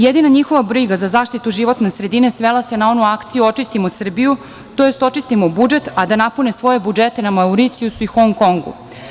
Jedina njihova briga za zaštitu životne sredine svela se na onu akciju „Očistimo Srbiju“, tj. očistimo budžet, a da napune svoje budžete na Mauricijusu i Hong Kongu.